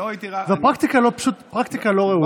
זו פרקטיקה לא ראויה.